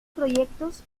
proyectos